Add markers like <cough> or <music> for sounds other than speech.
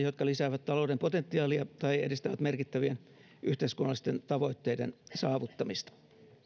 <unintelligible> jotka lisäävät talouden potentiaalia tai edistävät merkittävien yhteiskunnallisten tavoitteiden saavuttamista